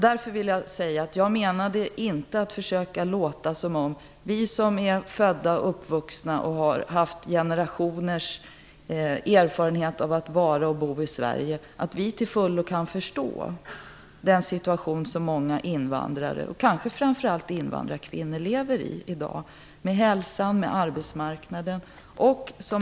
Därför vill jag säga att jag inte menade att det skulle verka så att vi som är födda och uppvuxna och har generationers erfarenhet av att leva och bo i Sverige till fullo kan förstå den situation som många invandrare, kanske framför allt invandrarkvinnor, i dag lever i när det gäller hälsa och arbetsmarknad.